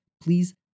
Please